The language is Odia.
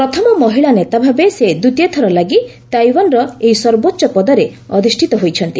ପ୍ରଥମ ମହିଳା ନେତା ଭାବେ ସେ ଦ୍ୱିତୀୟଥର ଲାଗି ତାଇୱାନର ଏହି ସର୍ବୋଚ୍ଚ ପଦରେ ଅଧିଷ୍ଠିତ ହୋଇଛନ୍ତି